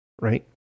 right